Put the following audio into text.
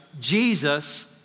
Jesus